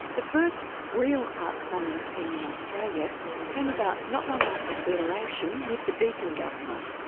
the first real arts funding scheme in australia came about not long after federation with the deakin government.